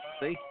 See